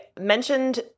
mentioned –